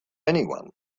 anyone